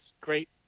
great